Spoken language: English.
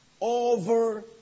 over